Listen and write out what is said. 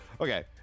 Okay